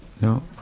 No